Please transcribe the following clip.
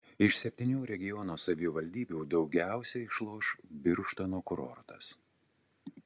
iš septynių regiono savivaldybių daugiausiai išloš birštono kurortas